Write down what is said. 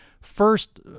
First